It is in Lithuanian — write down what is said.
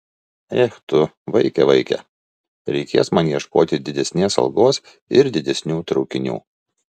ech tu vaike vaike reikės man ieškoti didesnės algos ir didesnių traukinių